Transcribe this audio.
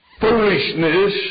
foolishness